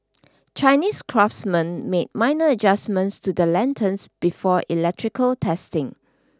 Chinese craftsmen make minor adjustments to the lanterns before electrical testing